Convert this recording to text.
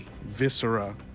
viscera